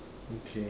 okay